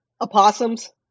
Opossums